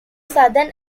southern